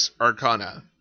Arcana